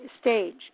stage